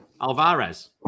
Alvarez